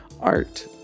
art